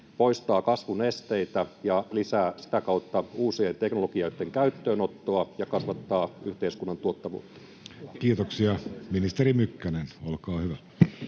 poistavat kasvun esteitä ja lisäävät sitä kautta uusien teknologioitten käyttöönottoa ja kasvattavat yhteiskunnan tuottavuutta? [Speech 36] Speaker: Jussi Halla-aho